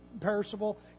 perishable